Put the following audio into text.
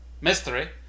mystery